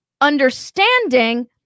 Understanding